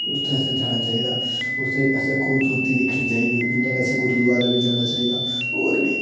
उत्थें असें जाना चाहिदा उसदी असें खूबसूरती दिक्खनी चाहिदी इ'यां गै असें गुरूद्वारै बी जाना चाहिदा होर बी